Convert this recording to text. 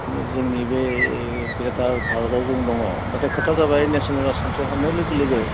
जोंनि बे ग्रेटार भारताव जों दङ नाथाय खोथाया जाबाय नेसनेल राजखान्थियाव हाबनाय लोगो लोगो